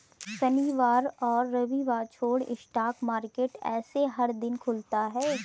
शनिवार और रविवार छोड़ स्टॉक मार्केट ऐसे हर दिन खुलता है